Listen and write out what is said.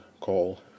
call